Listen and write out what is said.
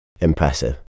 Impressive